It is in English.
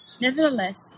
Nevertheless